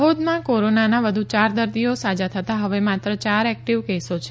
દાહોદમાં કોરોનાના વધુ ચાર દર્દીઓ સાજા થ તાં હવે માત્ર ચાર એક્ટિવ કેસો છે